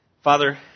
Father